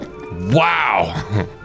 Wow